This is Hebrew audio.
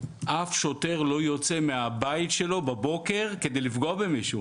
אף שוטר לא יוצא מהבית שלו בבוקר כדי לפגוע במישהו,